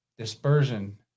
dispersion